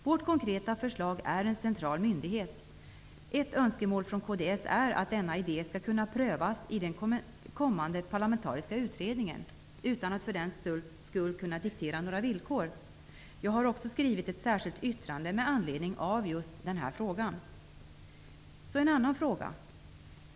Vårt konkreta förslag är en central myndighet. Ett önskemål från kds är att denna idé skall kunna prövas i den kommande parlamentariska utredningen utan att några villkor för den skull behöver dikteras. Jag har också skrivit ett särskilt yttrande med anledning av just denna fråga.